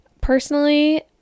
Personally